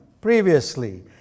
previously